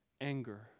anger